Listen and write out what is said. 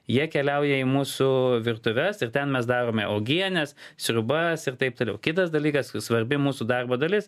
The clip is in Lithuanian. jie keliauja į mūsų virtuves ir ten mes darome uogienės sriubas ir taip toliau kitas dalykas svarbi mūsų darbo dalis